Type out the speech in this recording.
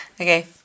Okay